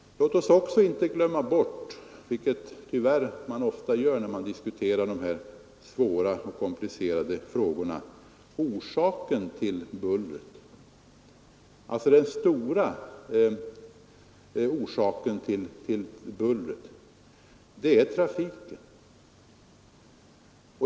Låt oss inte heller glömma bort — vilket man tyvärr ofta gör när man diskuterar de här svåra och komplicerade frågorna — den stora orsaken till bullret, dvs. trafiken.